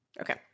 Okay